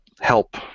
help